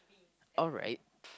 alright